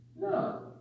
no